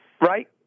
right